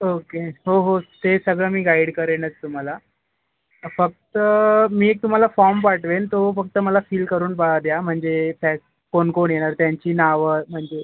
okay हो हो ते सगळं मी गाईड करेनच तुम्हाला फक्त मी एक तुम्हाला फॉर्म पाठवेल तो फक्त मला फील करून पा द्या म्हणजे त्यात कोण कोण येणार त्यांची नावं म्हणजे